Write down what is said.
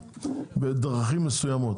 בדרכים מסוימות.